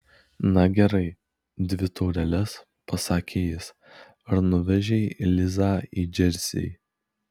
na gerai dvi taureles pasakė jis ar nuvežei lizą į džersį